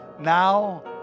now